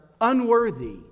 unworthy